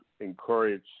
encourage